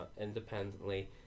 independently